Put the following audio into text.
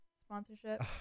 sponsorship